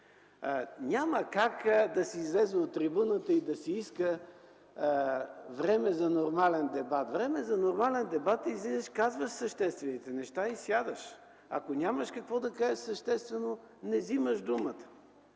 няма как да се излезе на трибуната и да се иска време за нормален дебат. Време за нормален дебат – излизаш, казваш съществените неща и сядаш. Ако нямаш какво съществено да кажеш, не вземаш думата,